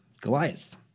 Goliath